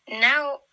Now